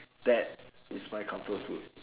that is my comfort food